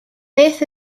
beth